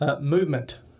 Movement